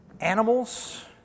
animals